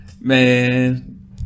Man